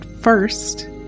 first